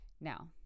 Now